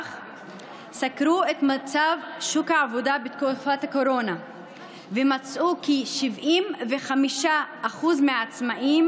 שנערך נסקר מצב שוק העבודה בתקופת הקורונה ונמצא כי 75% מהעצמאים